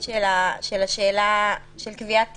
השאלה של קביעת קריטריונים,